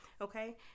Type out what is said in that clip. Okay